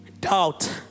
doubt